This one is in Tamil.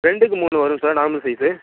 ரெண்டுக்கு மூணு வரும் சார் நார்மல் சைஸு